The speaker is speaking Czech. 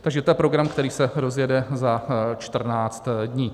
Takže to je program, který se rozjede za čtrnáct dní.